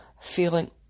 feeling